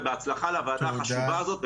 ובהצלחה בעבודה החשובה הזאת,